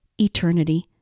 eternity